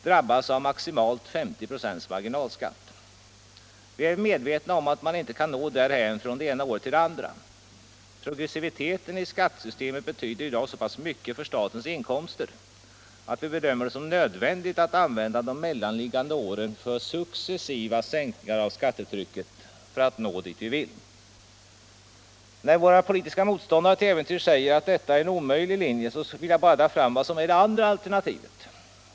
drabbas av maximalt 50 96 marginalskatt. Vi är medvetna om att man inte kan nå därhän från det ena året till det andra. Progressiviteten i skattesystemet betyder i dag så pass mycket för statens inkomster att vi bedömer det som nödvändigt att använda de mellanliggande åren för successiva sänkningar av skattetrycket för att nå fram dit. Om våra politiska motståndare till äventyrs säger att detta är en omöjlig linje, vill jag bara dra fram vad som är det andra alternativet.